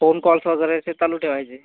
phone calls वगैरे ते चालू ठेवायचे